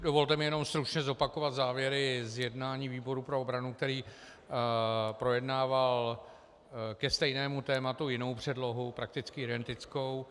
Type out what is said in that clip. Dovolte mi jenom stručně zopakovat závěry z jednání výboru pro obranu, který projednával ke stejnému tématu jinou předlohu, prakticky identickou.